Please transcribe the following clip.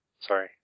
Sorry